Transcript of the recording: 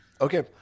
Okay